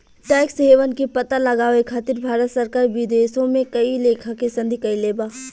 tax haven के पता लगावे खातिर भारत सरकार विदेशों में कई लेखा के संधि कईले बा